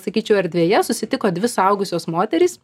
sakyčiau erdvėje susitiko dvi suaugusios moterys